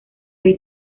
rey